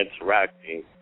interacting